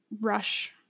rush